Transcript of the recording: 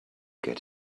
get